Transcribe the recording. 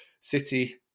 City